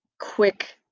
quick